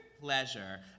pleasure